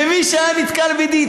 למי שהיה נתקל בדידי.